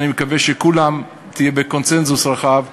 שאני מקווה שתהיה בקונסנזוס רחב,